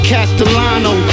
Castellano